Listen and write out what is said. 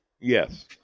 Yes